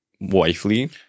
wifely